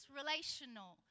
relational